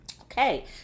Okay